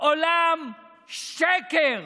עולם שקר,